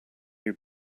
your